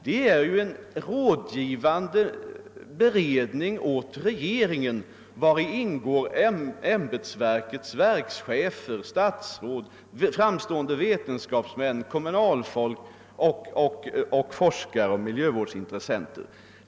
De är rådgivande beredningar åt regeringen, och i dem ingår ämbetsverkens chefer, statsråd, framstående vetenskapsmän, kommunalmän, forskare och miljövårdsintressenter.